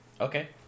Okay